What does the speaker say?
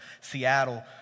Seattle